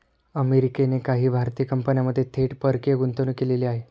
अमेरिकेने काही भारतीय कंपन्यांमध्ये थेट परकीय गुंतवणूक केलेली आहे